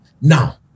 Now